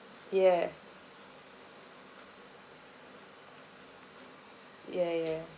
yeah yeah yeah